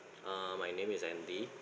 err my name is andy